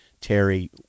Terry